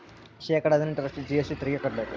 ಶೇಕಡಾ ಹದಿನೆಂಟರಷ್ಟು ಜಿ.ಎಸ್.ಟಿ ತೆರಿಗೆ ಕಟ್ಟ್ಬೇಕು